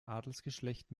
adelsgeschlecht